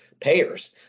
payers